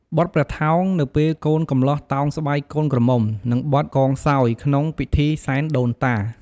បទព្រះថោង នៅពេលកូនកំលោះតោងស្បៃកូនក្រមំុ និងបទកងសោយ ក្នុងពិធីសែនដូនតា។